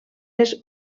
les